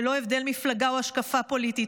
ללא הבדל מפלגה או השקפה פוליטית,